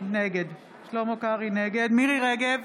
נגד מירי מרים רגב,